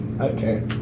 okay